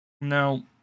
Now